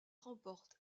remporte